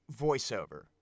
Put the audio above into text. voiceover